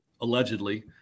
allegedly